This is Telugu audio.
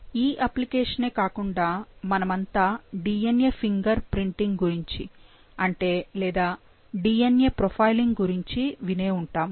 ఈ అప్లికేషనే కాకుండా మనమంతా DNA ఫింగర్ ప్రింటింగ్ గురించి అంటే లేదా DNA ప్రొఫైలింగ్ గురించి వినే ఉంటాము